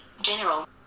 General